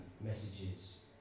messages